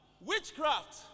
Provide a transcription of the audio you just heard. witchcraft